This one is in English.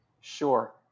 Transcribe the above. Sure